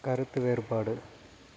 கருத்து வேறுபாடு